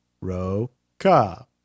ROCA